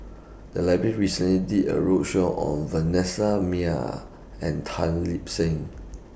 The Library recently did A roadshow on Vanessa Mae and Tan Lip Seng